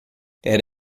era